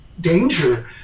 danger